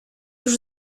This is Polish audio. już